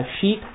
sheet